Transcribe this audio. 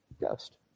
Ghost